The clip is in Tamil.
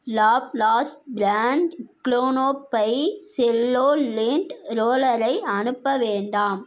லாப்ளாஸ்ட் பிராண்ட் க்ளோனோ பை செல்லோ லிண்ட் லோலரை அனுப்ப வேண்டாம்